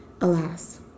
alas